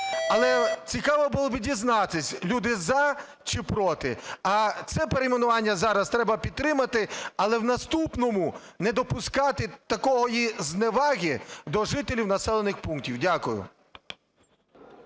але цікаво би було дізнатись, люди "за" чи "проти". А це перейменування зараз треба підтримати. Але в наступному не допускати такої зневаги до жителів населених пунктів. Дякую.